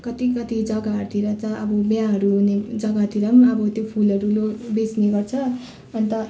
कति कति जग्गाहरूतिर त अब बिहाहरू हुने जग्गातिर पनि अब त्यो फुलहरू लो बेच्ने गर्छ अन्त